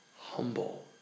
humble